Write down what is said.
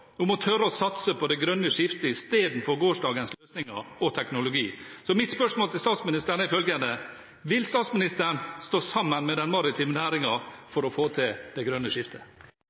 om politisk lederskap, om å tørre å satse på det grønne skiftet istedenfor gårsdagens løsninger og teknologi. Så mitt spørsmål til statsministeren er følgende: Vil statsministeren stå sammen med den maritime næringen for å få til det grønne skiftet?